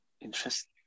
interesting